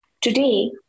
Today